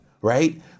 right